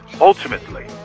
ultimately